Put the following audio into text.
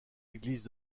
église